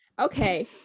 Okay